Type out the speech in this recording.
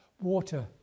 water